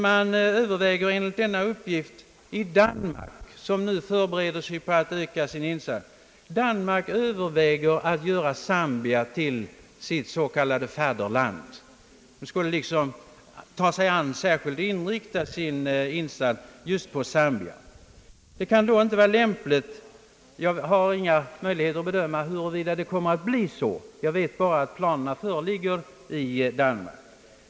Man överväger enligt denna uppgift i Danmark — som nu förbereder sig på att öka sin insats — att göra Zambia till sitt s.k. fadderland. Man skulle liksom ta sig an och särskilt inrikta sin insats på Zambia. Jag har inga möjligheter att bedöma huruvida det kommer att bli så, jag vet bara att uppslaget finns i Danmark.